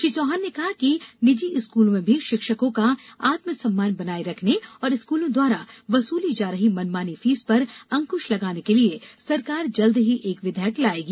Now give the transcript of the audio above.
श्री चौहान ने कहा कि निजी स्कलों में भी शिक्षकों का आत्मसम्मान बनाये रखने और स्कलों द्वारा वसुली जा रही मनमानी फीस पर अंकश लगाने के लिए सरकार जल्द ही एक विधेयक लायेगी